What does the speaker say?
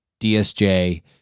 DSJ